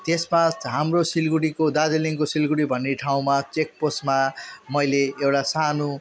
त्यसमा हाम्रो सिलगडीको दार्जिलिङको सिलगडी भन्ने ठाउँमा चेकपोस्टमा मैले एउटा सानो